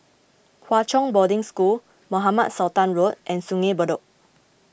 Hwa Chong Boarding School Mohamed Sultan Road and Sungei Bedok